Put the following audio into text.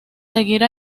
seguir